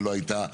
שלא הייתה.